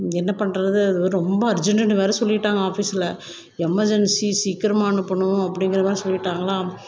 என்ன பண்ணுறது அது வேறு ரொம்ப அர்ஜெண்டுன்னு வேறு சொல்லிவிட்டாங்க ஆஃபீஸில் எமெர்ஜென்சி சீக்கிரமாக அனுப்பனும் அப்படிங்கிற மாதிரி சொல்லிவிட்டாங்களா